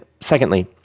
secondly